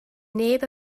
neb